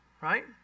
right